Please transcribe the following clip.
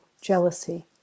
jealousy